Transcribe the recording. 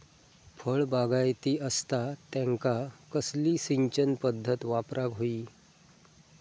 फळबागायती असता त्यांका कसली सिंचन पदधत वापराक होई?